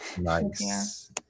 Nice